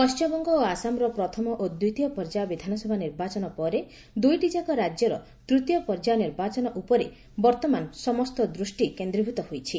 ପଶ୍ଚିମବଙ୍ଗ ଓ ଆସାମର ପ୍ରଥମ ଓ ଦ୍ୱିତୀୟ ପର୍ଯ୍ୟାୟ ବିଧାନସଭା ନିର୍ବାଚନ ପରେ ଦୁଇଟି ଯାକ ରାଜ୍ୟର ତୃତୀୟ ପର୍ଯ୍ୟାୟ ନିର୍ବାଚନ ଉପରେ ବର୍ତ୍ତମାନ ସମସ୍ତ ଦୃଷ୍ଟି କେନ୍ଦ୍ରୀଭୂତ ହୋଇଛି